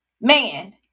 man